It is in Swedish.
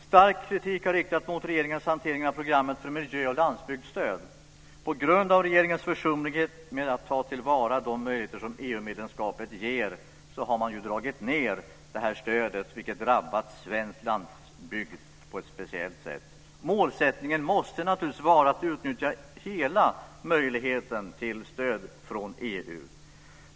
Stark kritik har riktats mot regeringens hantering av programmet för miljö och landsbygdsstöd. På grund av regeringens försumlighet när det gäller att ta till vara de möjligheter som EU-medlemskapet ger har detta stöd dragits ned, vilket har drabbat svensk landsbygd på ett speciellt sätt. Målsättningen måste naturligtvis vara att utnyttja hela möjligheten till stöd från EU.